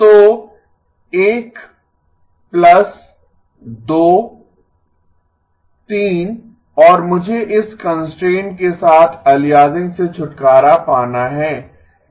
तो 1 प्लस 2 3 और मुझे इस कंस्ट्रेंट के साथ अलियासिंग से छुटकारा पाना है